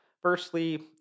Firstly